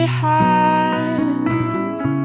hands